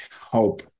hope